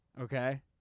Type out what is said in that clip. Okay